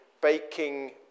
baking